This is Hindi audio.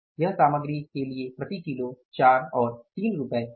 यह सामग्री के लिए प्रति किलो 4 और 3 है